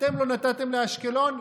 אתם לא נתתם לאשקלון,